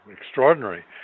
extraordinary